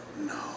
No